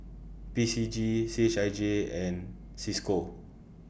P C G C H I J and CISCO